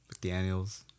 McDaniels